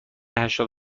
هشتاد